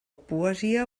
poesia